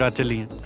ah to leave